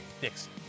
Dixon